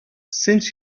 since